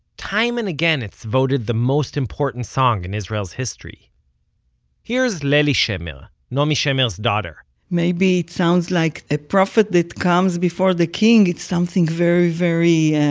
time and again it's voted the most important song in israel's history here's lely shemer, naomi shemer's daughter maybe it sounds like a prophet that comes before the king, it's something very very